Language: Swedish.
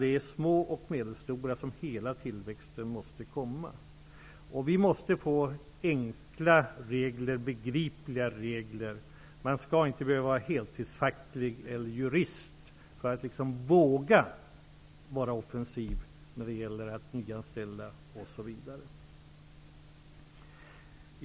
Det är i små och medelstora företag som hela tillväxten måste ske, om vi skall få tillbaka full sysselsättning. Vi måste få enkla och begripliga regler. Man skall inte behöva vara fackligt anställd på heltid eller jurist för att våga vara offensiv när det gäller nyanställningar osv.